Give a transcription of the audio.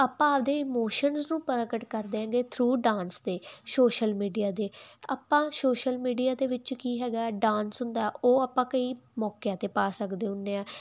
ਆਪਾਂ ਆਪਦੇ ਮੋਸ਼ਨ ਨੂੰ ਪ੍ਰਗਟ ਕਰਦੇ ਹੈਗੇ ਥਰੂ ਡਾਂਸ ਤੇ ਸੋਸ਼ਲ ਮੀਡੀਆ ਦੇ ਆਪਾਂ ਸੋਸ਼ਲ ਮੀਡੀਆ ਦੇ ਵਿੱਚ ਕੀ ਹੈਗਾ ਡਾਂਸ ਹੁੰਦਾ ਉਹ ਆਪਾਂ ਕਈ ਮੌਕਿਆ ਤੇ ਪਾ ਸਕਦੇ ਹੁੰਦੇ ਆ